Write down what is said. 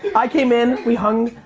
i came in, we hung,